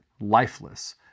lifeless